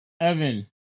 Evan